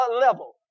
level